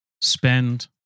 Spend